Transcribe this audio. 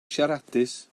siaradus